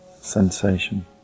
sensation